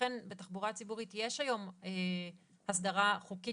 ולכן בתחבורה ציבורית יש היום הסדרה חוקית